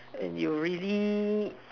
and you really